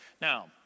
now